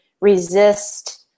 resist